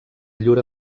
llur